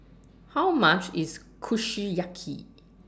How much IS Kushiyaki